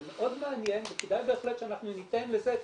זה מאוד מעניין וכדאי בהחלט שאנחנו ניתן לזה את